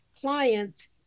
clients